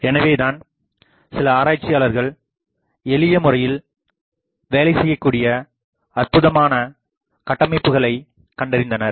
எனவேதான் சில ஆராய்ச்சியாளர்கள் எளிய முறையில் வேலை செய்யக்கூடிய அற்புதமான கட்டமைப்புகளை கண்டறிந்தனர்